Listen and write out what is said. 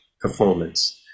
performance